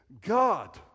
God